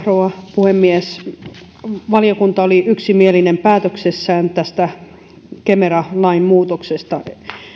rouva puhemies valiokunta oli yksimielinen päätöksessään tästä kemera lain muutoksesta